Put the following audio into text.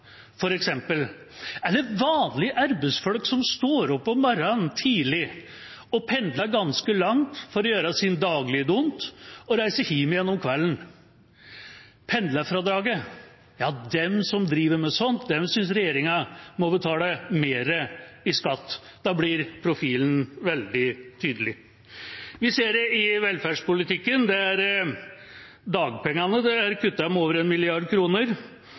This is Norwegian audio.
sluttvederlag, f.eks., eller vanlige arbeidsfolk, som står opp tidlig om morgenen, pendler ganske langt for å gjøre sin daglige dont og reiser hjem igjen om kvelden. Pendlerfradraget – de som driver med sånt, synes at regjeringa må betale mer i skatt. Da blir profilen veldig tydelig. Vi ser det i velferdspolitikken, der dagpengene er kuttet med over 1 mrd. kr, der en